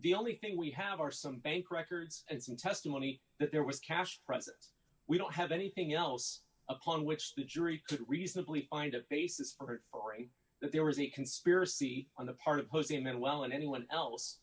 the only thing we have are some bank records and some testimony that there was cash presence we don't have anything else upon which the jury could reasonably find a basis for farai that there was a conspiracy on the part of jose manuel and anyone else